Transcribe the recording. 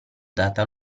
data